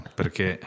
perché